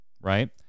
right